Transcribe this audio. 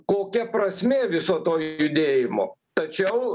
kokia prasmė viso to judėjimo tačiau